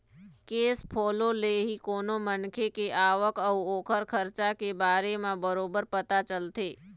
cash flow ले ही कोनो मनखे के आवक अउ ओखर खरचा के बारे म बरोबर पता चलथे